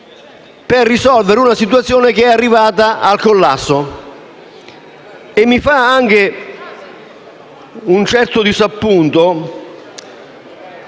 per risolvere una situazione che è arrivata al collasso. E mi crea anche un certo disappunto